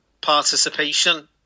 participation